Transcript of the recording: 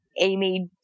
amy